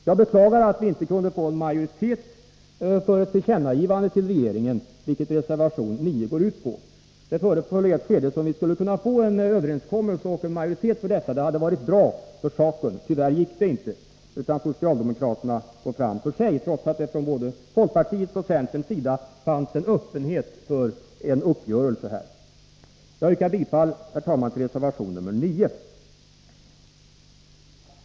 Jag beklagar att vi inte kunde få majoritet för ett tillkännagivande till regeringen, vilket reservation 9 går ut på. Det föreföll i ett skede som om vi skulle kunna få en överenskommelse och en majoritet för denna. Det hade varit bra för saken. Tyvärr gick det inte, utan socialdemokraterna går fram för sig, trots att det från både folkpartiets och centerns sida fanns en öppenhet för en uppgörelse. Herr talman! Jag yrkar bifall till reservation nr 9.